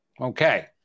Okay